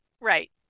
right